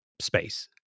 space